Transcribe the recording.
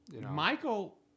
Michael